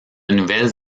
nouvelles